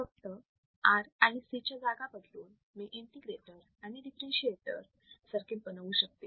फक्त R आणि C च्या जागा बदलून मी इंटिग्रेटर आणि डिफरेंशीएटर सर्किट बनवू शकते